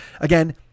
again